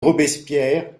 robespierre